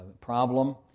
problem